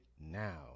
now